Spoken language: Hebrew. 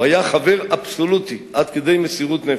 הוא היה חבר אבסולוטי, עד כדי מסירות נפש.